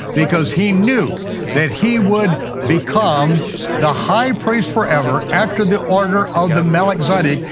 because he knew that he would become the high priest forever after the order of the melchizedek,